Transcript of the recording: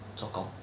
做工